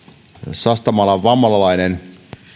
sastamalan vammalalainen